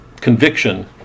conviction